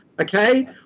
Okay